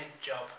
job